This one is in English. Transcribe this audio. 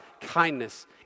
kindness